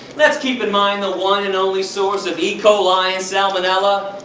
lets keep in mind the one and only source of e. coli and salmonella.